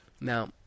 Now